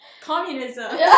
Communism